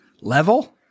level